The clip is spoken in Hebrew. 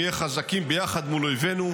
נהיה חזקים ביחד מול אויבנו,